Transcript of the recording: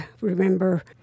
remember